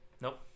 Nope